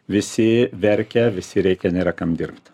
visi verkia visi rėkia nėra kam dirbt